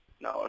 No